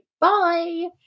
Bye